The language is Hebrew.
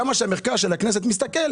גם כאשר מחקר המידע של הכנסת מסתכל,